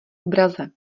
obraze